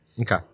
Okay